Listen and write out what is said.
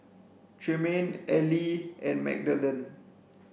Tremayne Ely and Magdalen